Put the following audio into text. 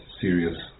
Serious